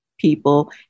people